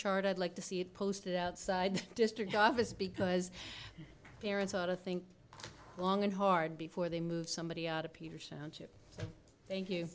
charter i'd like to see it posted outside district office because parents ought to think long and hard before they move somebody out of peter's thank you